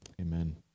amen